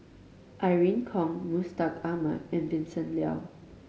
Irene Khong Mustaq Ahmad and Vincent Leow